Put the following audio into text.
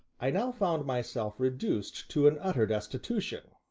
i now found myself reduced to an utter destitution,